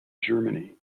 germany